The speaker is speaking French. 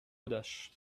godache